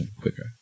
quicker